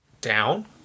Down